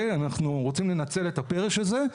אנחנו רוצים לנצל את הפרש הזה.